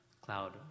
cloud